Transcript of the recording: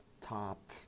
top